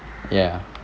ya